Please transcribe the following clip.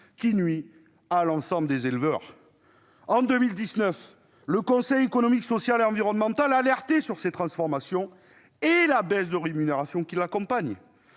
qui nuit à l'ensemble des éleveurs. En 2019, le Conseil économique, social et environnemental alertait sur ces transformations et sur la baisse de rémunération qui les accompagne.